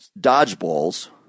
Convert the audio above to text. dodgeballs